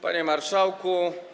Panie Marszałku!